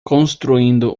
construindo